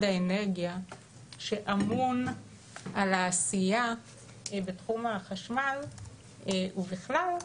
האנרגיה שאמון על העשייה בתחום החשמל ובכלל,